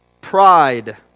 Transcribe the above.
Pride